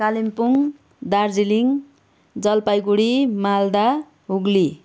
Kalimpong Darjeeling Jalpaiguri Malda Hooghly